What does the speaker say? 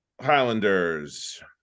highlanders